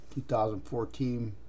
2014